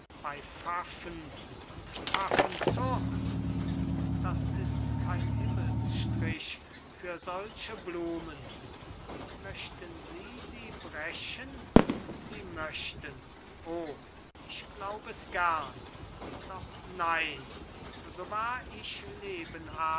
bei pfaffen und pfaffenzucht das ist kein himmelsstrich für solche blumen möchten sie sie brechen sie möchten o ich glaub es gern doch nein so wahr ich leben